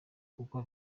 kuko